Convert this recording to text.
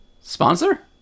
Sponsor